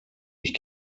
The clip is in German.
ich